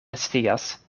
scias